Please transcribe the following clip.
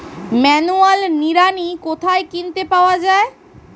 Manual নিড়ানি কোথায় কিনতে পাওয়া যায়?